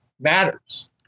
matters